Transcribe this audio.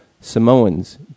Samoans